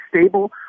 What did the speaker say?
stable